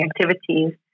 activities